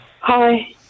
Hi